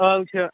ٲلہٕ چھِ